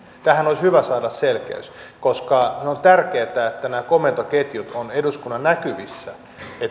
tähän olisi hyvä saada selkeys koska on tärkeätä että nämä komentoketjut ovat eduskunnan näkyvissä